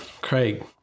Craig